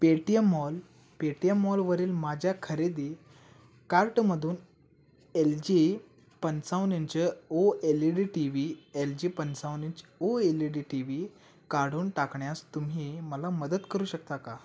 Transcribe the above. Paytm mall Paytm मॉलवरील माझ्या खरेदी कार्टमधून एल जी पंचावन inch O L E D T V L G पंचावन inch O L E D T V काढून टाकण्यास तुम्ही मला मदत करू शकता का